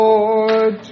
Lord